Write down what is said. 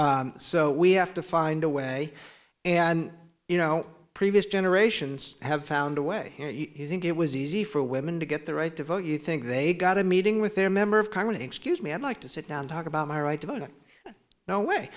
up so we have to find a way and you know previous generations have found a way you think it was easy for women to get the right to vote you think they got a meeting with their member of congress excuse me i'd like to sit down talk about my right to vote no way